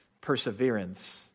Perseverance